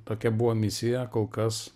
tokia buvo misija kol kas